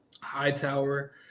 Hightower